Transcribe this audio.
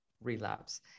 relapse